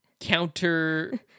counter-